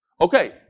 Okay